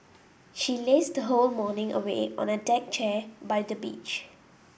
she lazed her whole morning away on a deck chair by the beach